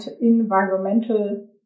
environmental